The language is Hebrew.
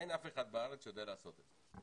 אין אף אחד בארץ שיודע לעשות את זה.